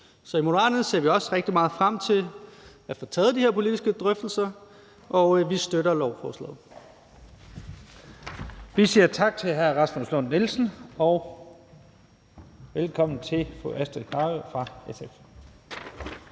Så i Moderaterne ser vi også rigtig meget frem til at få taget de her politiske drøftelser, og vi støtter lovforslaget. Kl. 14:59 Første næstformand (Leif Lahn Jensen): Vi siger tak til hr. Rasmus Lund-Nielsen og velkommen til fru Astrid Carøe fra SF.